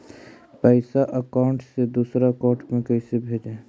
पैसा अकाउंट से दूसरा अकाउंट में कैसे भेजे?